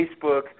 Facebook